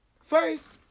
First